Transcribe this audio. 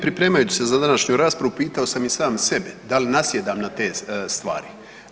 Pripremajući se za današnju raspravu pitao sam i sam sebe da li nasjedam na te stvari.